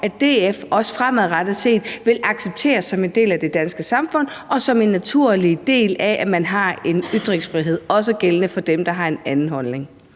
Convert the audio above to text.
at DF også fremadrettet vil acceptere det som en del af det danske samfund og en naturlig del af, at man har ytringsfrihed, der også gælder for dem, der har en anden holdning.